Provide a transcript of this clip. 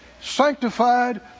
sanctified